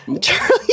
Charlie